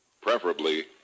preferably